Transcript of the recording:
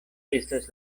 estas